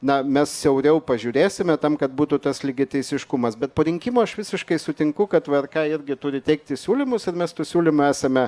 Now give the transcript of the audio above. na mes siauriau pažiūrėsime tam kad būtų tas lygiateisiškumas bet po rinkimų aš visiškai sutinku kad vrk irgi turi teikti siūlymus ir mes tų siūlymų esame